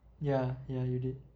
ya ya you did